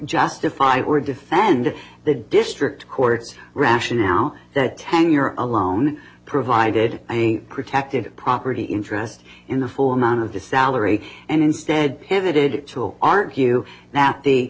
justify or defend the district court's rationale that tenure alone provided a protected property interest in the full amount of the salary and instead pivoted to argue that the